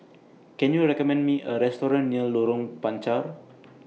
Can YOU recommend Me A Restaurant near Lorong Panchar